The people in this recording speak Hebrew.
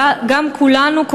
אבל כולנו,